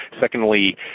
Secondly